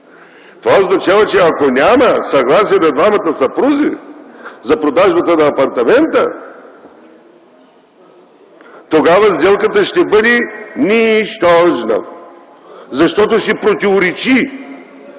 Това означава, че ако няма съгласие на двамата съпрузи за продажбата на апартамента, тогава сделката ще бъде ни-щож-на, защото ще противоречи